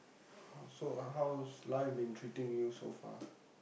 how so how's life been treating you so far